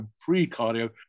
pre-cardio